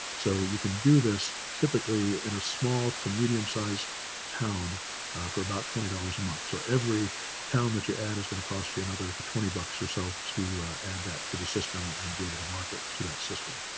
so you can do this typically in a small to medium sized town for about twenty dollars a month. so, every town that you add is going to cost another twenty bucks or so to add that to the system and be able to market to that system.